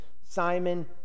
Simon